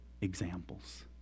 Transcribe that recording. examples